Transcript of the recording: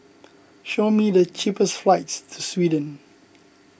show me the cheapest flights to Sweden